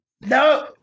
No